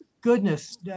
goodness